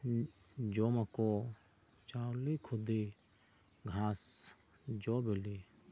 ᱡᱚᱢ ᱟᱠᱚ ᱪᱟᱣᱞᱮ ᱠᱷᱩᱫᱤ ᱜᱷᱟᱸᱥ ᱡᱚ ᱵᱤᱞᱤ